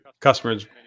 customers